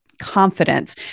confidence